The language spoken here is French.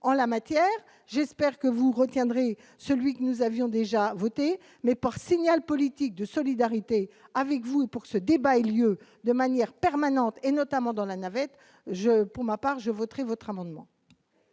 en la matière, j'espère que vous retiendrez celui que nous avions déjà voté mais par signal politique de solidarité avec vous pour ce débat et lieu de manière permanente et notamment dans la navette, j'ai pour ma part je voterai votre amendement.